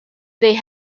they